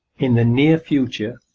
in the near future,